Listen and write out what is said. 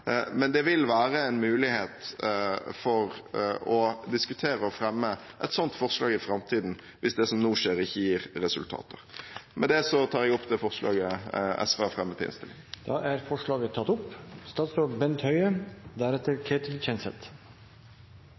men det vil være en mulighet for å diskutere det å fremme et sånt forslag i framtiden, hvis det som nå skjer, ikke gir resultater. Med det tar jeg opp forslaget SV har fremmet i innstillingen. Representanten Audun Lysbakken har tatt opp